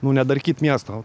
nu nedarkyt miesto